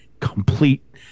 complete